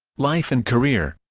life and career